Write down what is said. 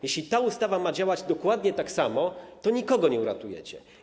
Jeśli ta ustawa ma działać dokładnie tak samo, to nikogo nie uratujecie.